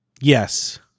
Yes